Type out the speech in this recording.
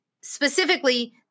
Specifically